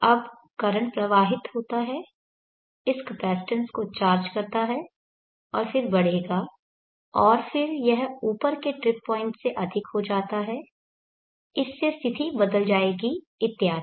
अब करंट प्रवाहित होता है इस कैपेसिटेंस को चार्ज करता है और फिर बढ़ेगा और फिर यह ऊपर के ट्रिप पॉइंट से अधिक हो जाता है इससे स्थिति बदल जाएगी इत्यादि